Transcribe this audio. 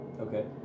Okay